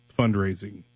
fundraising